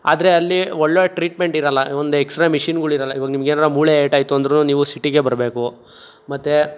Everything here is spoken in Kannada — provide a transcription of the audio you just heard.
ಆದರೆ ಅಲ್ಲಿ ಒಳ್ಳೆ ಟ್ರೀಟ್ಮೆಂಟ್ ಇರಲ್ಲ ಒಂದು ಎಕ್ಸ್ರೇ ಮಿಷಿನ್ಗಳಿರಲ್ಲ ಇವಾಗ ನಿಮಗೇನಾರ ಮೂಳೆ ಏಟಾಯ್ತು ಅಂದ್ರು ನೀವು ಸಿಟಿಗೆ ಬರಬೇಕು ಮತ್ತು